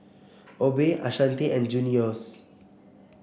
Obe Ashanti and Junious